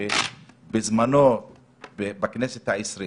שבזמנו בכנסת העשרים